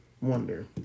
wonder